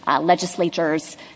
legislature's